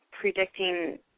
predicting